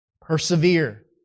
Persevere